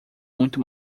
muito